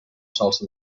salsa